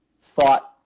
thought